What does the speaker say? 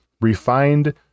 Refined